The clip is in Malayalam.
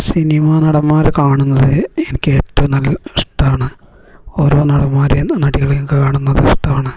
സിനിമാ നടന്മാരെ കാണുന്നത് എനിക്ക് ഏറ്റോം നല്ല ഇഷ്ട്ടമാണ് ഓരോ നടന്മാരെയും നടികളെയും കാണുന്നത് ഇഷ്ടമാണ്